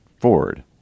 Ford